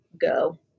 Go